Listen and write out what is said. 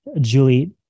Julie